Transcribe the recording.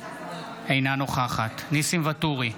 אינה נוכחת ניסים ואטורי,